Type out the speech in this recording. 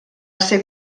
ser